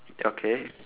okay